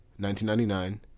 1999